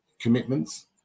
commitments